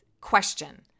question